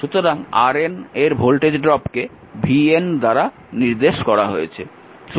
সুতরাং RN এর voltage ড্রপকে vN দ্বারা নির্দেশ করা হয়েছে